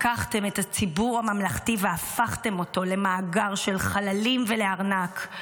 לקחתם את הציבור הממלכתי והפכתם אותו למאגר של חללים ולארנק.